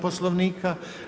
Poslovnika.